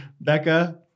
Becca